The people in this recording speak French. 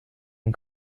une